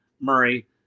Murray